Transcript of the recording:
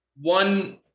one